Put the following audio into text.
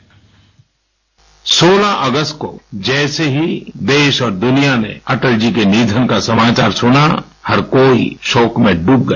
bite सोलह अगस्त को जैसे ही देश और दुनिया में अटल जी के निधन का समाचार सुना हर कोई शोक में डूब गया